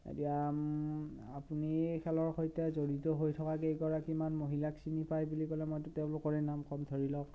এতিয়া আপুনি খেলৰ সৈতে জড়িত হৈ থকা কেইগৰাকীমান মহিলাক চিনি পাই বুলি ক'লে মইতো তেওঁলোকৰে নাম ক'ম ধৰি লওক